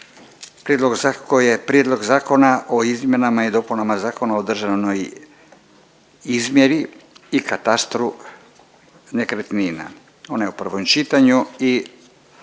Prijedlog zakona o izmjenama i dopunama Zakona o državnoj izmjeri i katastru nekretnina, prvo čitanje, P.Z.